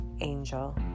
angel